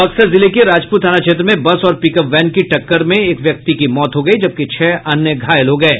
बक्सर जिले के राजपुर थाना क्षेत्र में बस और पिकअप वैन की टक्कर में एक व्यक्ति की मौत हो गयी जबकि छह अन्य घायल हो गये